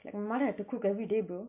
like my mother had to cookay everyday bro